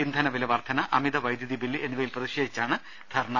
ഇന്ധന വില വർധന അമിത വൈദ്യുതി ബില്ല് എന്നിവയിൽ പ്രതിഷേധിച്ചാണ് ധർണ്ണ